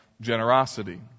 generosity